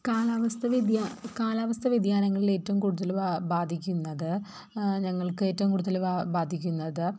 കാലാവസ്ഥ വ്യതിയാനം കാലാവസ്ഥ വ്യതിയാനങ്ങളിൽ ഏറ്റവും കൂടുതൽ ബാധിക്കുന്നത് ഞങ്ങൾക്ക് ഏറ്റവും കൂടുതൽ ബാധിക്കുന്നത്